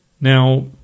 Now